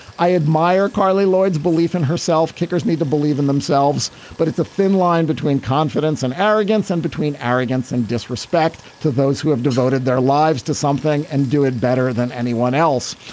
i admire carli lloyd's belief in herself kickers need to believe in themselves but it's a thin line between confidence and arrogance and between arrogance and disrespect to those who have devoted their lives to something and do it better than anyone else.